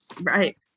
Right